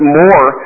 more